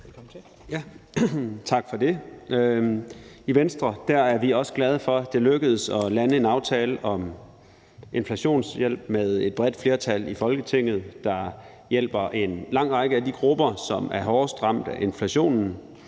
Tak for det. I Venstre er vi også glade for, at det med et bredt flertal i Folketinget lykkedes at lande en aftale om inflationshjælp, der hjælper en lang række af de grupper, som er hårdest ramt af inflationen.